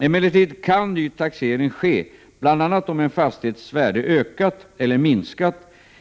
Emellertid kan ny taxering ske bl.a. om en fastighets värde ökat eller minskat